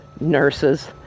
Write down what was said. nurses